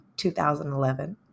2011